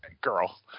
girl